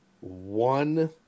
one